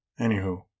Anywho